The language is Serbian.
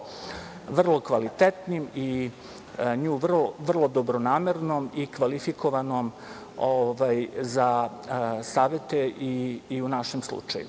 vrlo kvalitetnim i nju vrlo dobronamernom i kvalifikovanom za savete i u našem slučaju. Da